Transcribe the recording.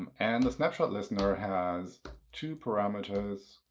um and the snapshot listener has two parameters,